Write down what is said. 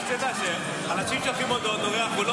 רק תדע שאנשים שולחים הודעות ואומרים: אנחנו לא